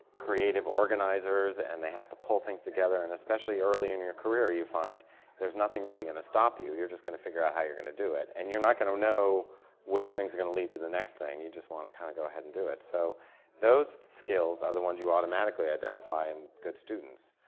creative organizers, and they have to pull things together. and especially early in your career, you find there's nothing really going to stop you, you're just going to figure out how you're going to do it. and you're not going to know which things are going to lead to the next thing, you just want to kind of go ahead and do it. so those skills are the ones you automatically identify in good students.